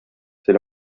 c’est